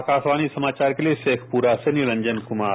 आकाशवाणी समाचार के लिए शेखपुरा से निरंजन कुमार